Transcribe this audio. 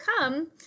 come